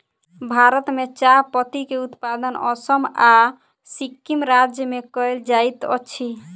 भारत में चाह पत्ती के उत्पादन असम आ सिक्किम राज्य में कयल जाइत अछि